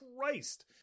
Christ